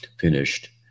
finished